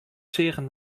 seagen